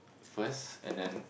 first and then